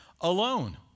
alone